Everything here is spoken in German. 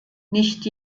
nicht